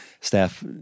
staff